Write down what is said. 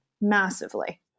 massively